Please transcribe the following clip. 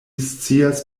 scias